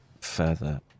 further